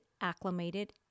acclimated